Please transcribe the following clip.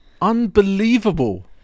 Unbelievable